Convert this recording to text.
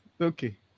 Okay